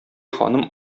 ханым